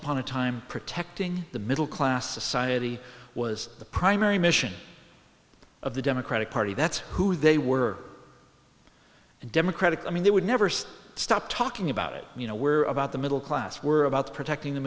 upon a time protecting the middle class society was the primary mission of the democratic party that's who they were and democratic i mean they would never say stop talking about it you know where about the middle class were about protecting the